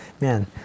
Man